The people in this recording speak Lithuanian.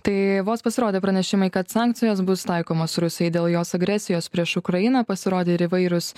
tai vos pasirodė pranešimai kad sankcijos bus taikomos rusijai dėl jos agresijos prieš ukrainą pasirodė ir įvairūs